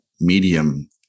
medium